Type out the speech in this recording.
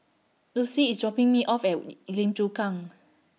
Lucie IS dropping Me off At Wu Lim Chu Kang